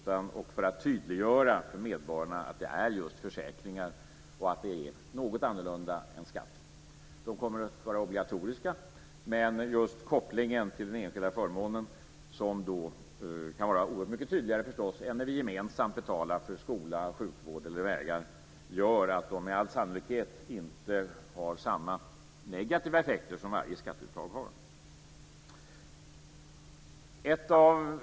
Man ska tydliggöra för medborgarna att detta är just försäkringar, och att det är något annorlunda än skatt. Försäkringarna kommer att vara obligatoriska, men just kopplingen till den enskilda förmånen, som kan vara oerhört mycket tydligare än när vi gemensamt betalar för skola, sjukvård eller vägar, gör att de med all sannolikhet inte har samma negativa effekter som varje skatteuttag har.